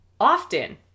Often